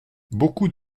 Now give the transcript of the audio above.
beaucoup